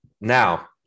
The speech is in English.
Now